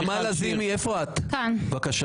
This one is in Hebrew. נעמה לזימי, בבקשה.